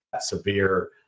severe